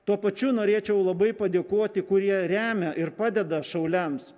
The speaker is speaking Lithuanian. tuo pačiu norėčiau labai padėkoti kurie remia ir padeda šauliams